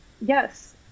Yes